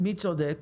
מי צודק?